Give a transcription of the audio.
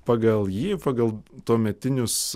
pagal jį pagal tuometinius